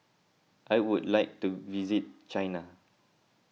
I would like to visit China